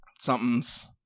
somethings